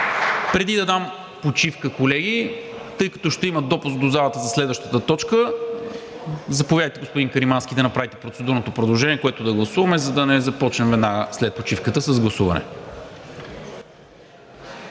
Преди да дам почивка, колеги, тъй като ще има допуск до залата за следващата точка, заповядайте, господин Каримански да направите процедурното предложение, което да гласуваме, за да не започнем веднага след почивката с гласуване.